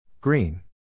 Green